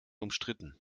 umstritten